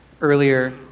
earlier